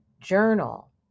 Journal